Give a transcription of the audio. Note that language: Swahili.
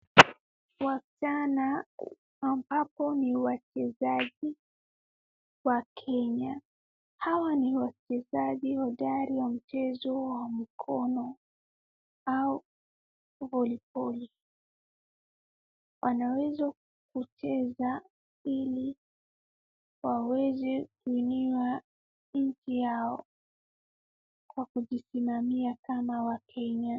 Wasichana ambapo ni wachezaji wa Kenya. Hawa ni wachezaji hodari ya mchezo wa mkono au voliboli. wanaweza kucheza ili waweze kuinua nchi yao kwa kujisimamia kama Wakenya.